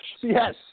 Yes